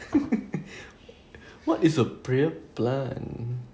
what is a prayer plant